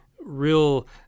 real